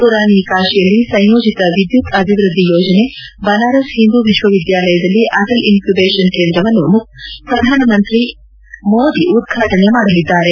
ಪುರಾನಿ ಕಾಶಿಯಲ್ಲಿ ಸಂಯೋಜಿತ ವಿದ್ಯುತ್ ಅಭಿವೃದ್ದಿ ಯೋಜನೆ ಬನಾರಸ್ ಹಿಂದೂ ವಿಶ್ವವಿದ್ಯಾಲಯದಲ್ಲಿ ಅಟಲ್ ಇನ್ಕ್ಯುಬೇಷನ್ ಕೇಂದ್ರವನ್ನು ಪ್ರಧಾನಮಂತ್ರಿ ಮೋದಿ ಉದ್ವಾಟನೆ ಮಾಡಲಿದ್ದಾರೆ